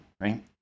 right